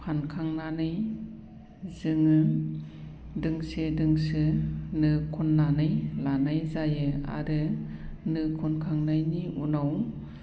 फानखांनानै जोङो दोंसे दोंसे नो खननानै लानाय जायो आरो नो खनखांनायनि उनाव